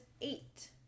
eight